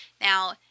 now